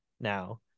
now